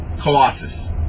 Colossus